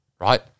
right